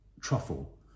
truffle